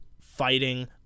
fighting